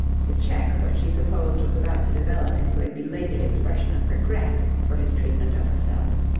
to check what she supposed was about to develop into a belated expression of regret for his treatment of herself.